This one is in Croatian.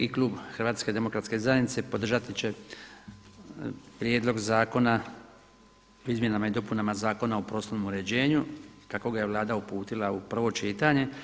I klub HDZ-a podržati će Prijedlog zakona o izmjenama i dopunama Zakona o prostornom uređenju kako ga je Vlada uputila u prvo čitanje.